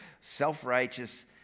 self-righteous